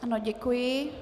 Ano, děkuji.